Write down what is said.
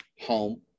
home